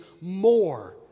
more